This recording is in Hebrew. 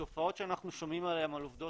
התופעות שאנחנו שומעים עליהן על עובדות